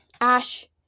Ash